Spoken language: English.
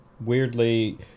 weirdly